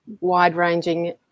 wide-ranging